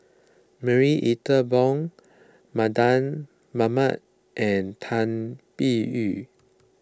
Marie Ethel Bong Mardan Mamat and Tan Biyun